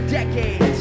decades